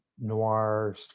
noir